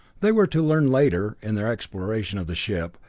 they were to learn later, in their exploration of the ship,